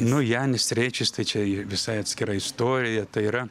nu janis streičis tai čia visai atskira istorija tai yra